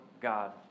God